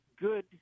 good